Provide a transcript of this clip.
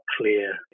clear